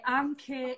anche